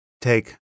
take